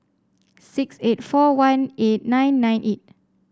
six eight four one eight nine nine eight